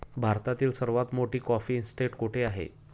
भारतातील सर्वात मोठी कॉफी इस्टेट कुठे आहे?